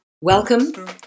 Welcome